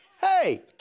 hey